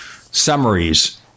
summaries